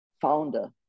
founder